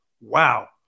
wow